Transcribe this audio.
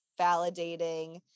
validating